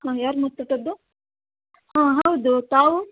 ಹ್ಞೂ ಯಾರು ಮಾತಾಡೋದು ಹಾಂ ಹೌದು ತಾವು